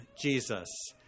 Jesus